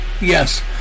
Yes